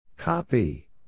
Copy